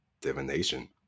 divination